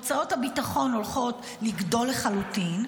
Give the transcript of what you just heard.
הוצאות הביטחון הולכות לגדול לחלוטין,